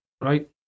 right